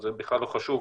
בחברות שאיתן התקשרנו,